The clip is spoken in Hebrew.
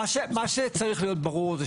מה שצריך להיות ברור,